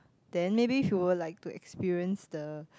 then maybe he would like experience the